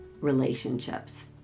relationships